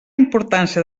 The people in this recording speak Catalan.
importància